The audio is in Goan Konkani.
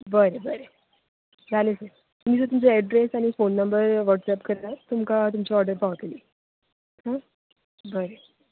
बरें बरें जालें सर तुमी सर तुमचो ऍड्रॅस आनी फॉन नंबर वॉट्सऍप करतां तुमकां तुमची ऑर्डर पावतली हं बरें ऑके